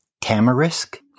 Tamarisk